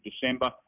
December